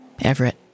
Everett